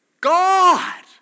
God